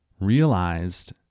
realized